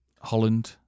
Holland